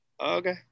Okay